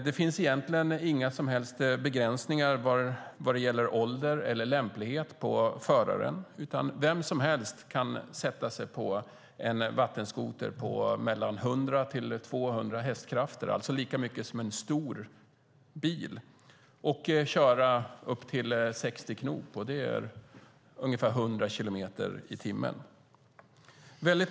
Det finns egentligen inga som helst begränsningar vad gäller ålder eller lämplighet på föraren. Vem som helst kan sätta sig på en vattenskoter på mellan 100 och 200 hästkrafter, alltså lika mycket som en stor bil, och köra i upp till 60 knop, vilket är ungefär 100 kilometer i timmen.